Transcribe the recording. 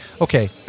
okay